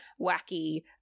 wacky